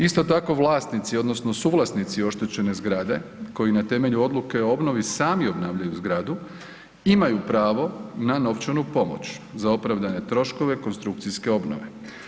Isto tako vlasnici odnosno suvlasnici oštećene zgrade koji na temelju odluke o obnovi sami obnavljaju zgradu imaju pravo na novčanu pomoć za opravdane troškove konstrukcijske obnove.